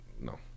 no